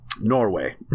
Norway